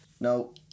no